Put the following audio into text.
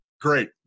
Great